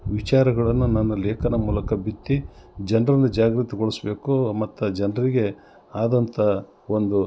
ವಿಚಾರಗಳನ್ನು ನನ್ನ ಲೇಖನ ಮೂಲಕ ಬಿತ್ತಿ ಜನರಲ್ಲಿ ಜಾಗೃತಗೊಳಿಸ್ಬೇಕು ಮತ್ತ ಜನರಿಗೆ ಆದಂಥ ಒಂದು